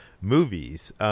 movies